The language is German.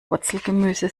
wurzelgemüse